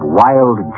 wild